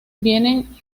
vienen